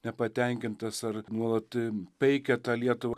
nepatenkintas ar nuolat peikia tą lietuvą